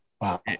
Wow